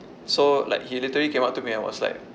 so like he literally came up to me and was like